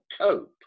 cope